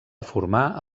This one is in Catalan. formar